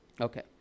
okay